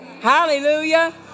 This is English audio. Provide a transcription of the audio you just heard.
Hallelujah